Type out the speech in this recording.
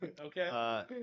Okay